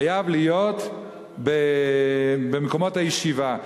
חייבים להיות מקומות ישיבה.